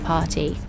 Party